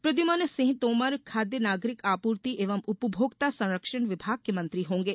प्रद्यमन सिंह तोमर खाद्य नागरिक आपूर्ति एवं उपभोक्ता संरक्षण विभाग के मंत्री होंगे